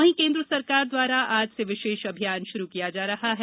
वहीं केंद्र सरकार द्वारा आज से विशेष अभियान श्रु किया जा रहा है